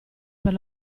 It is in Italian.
per